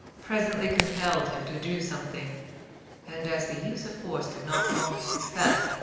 presently compelled him to do something and as the use of force did not promise success,